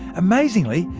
amazingly,